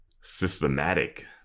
systematic